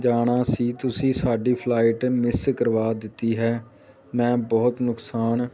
ਜਾਣਾ ਸੀ ਤੁਸੀਂ ਸਾਡੀ ਫਲਾਈਟ ਮਿਸ ਕਰਵਾ ਦਿੱਤੀ ਹੈ ਮੈਂ ਬਹੁਤ ਨੁਕਸਾਨ